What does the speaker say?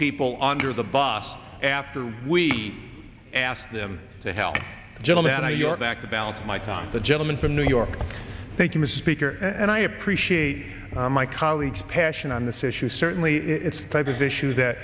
people under the bus after we asked them to help gentlemen are your back to balance my son the gentleman from new york thank you mrs baker and i appreciate my colleagues passion on this issue certainly it's types of issues